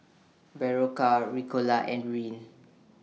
Berocca Ricola and Rene